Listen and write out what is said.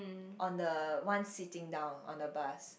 on the one sitting down on the bus